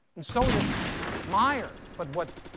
and so did meyer. but what